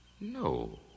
No